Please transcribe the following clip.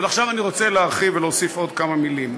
אבל עכשיו אני רוצה להרחיב ולהוסיף עוד כמה מילים.